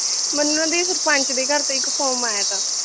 ਮੈਨੂੰ ਨਾ ਦੀ ਸਰਪੰਚ ਦੇ ਘਰ ਤੇ ਇੱਕ ਫੋਰਮ ਆਇਆ ਤਾ